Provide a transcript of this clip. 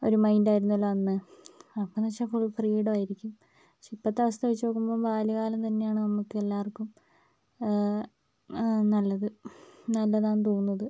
ഒരു മൈൻഡ് ആയിരുന്നല്ലോ അന്ന് അപ്പോഴെന്ന് വെച്ചാൽ ഫുൾ ഫ്രീഡം ആയിരിക്കും പക്ഷെ ഇപ്പത്തെ അവസ്ഥ വെച്ച് നോക്കുമ്പോൾ ബാല്യകാലം തന്നെയാണ് നമുക്ക് എല്ലാവർക്കും നല്ലത് നല്ലതാണെന്ന് തോന്നുന്നത്